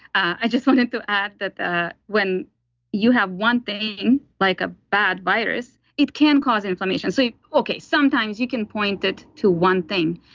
i just wanted to add that that when you have one thing, like a bad virus, it can cause inflammation. so, sometimes you can point it to one thing,